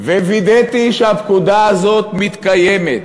ווידאתי שהפקודה הזאת מתקיימת.